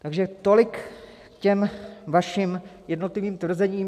Takže tolik k těm vašim jednotlivým tvrzením.